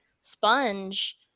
sponge